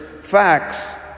facts